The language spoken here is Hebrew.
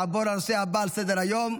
נעבור לנושא הבא על סדר-היום: